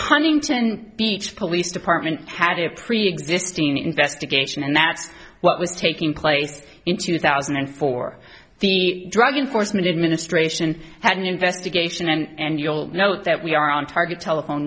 huntington beach police department had a preexisting investigation and that's what was taking place in two thousand and four the drug enforcement administration had an investigation and you'll note that we are on target telephone